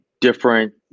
different